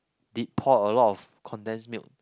did pour a lot of condensed milk